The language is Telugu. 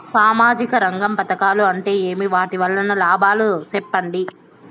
సామాజిక రంగం పథకాలు అంటే ఏమి? వాటి వలన లాభాలు సెప్పండి?